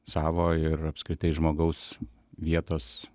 savo ir apskritai žmogaus vietos